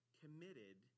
committed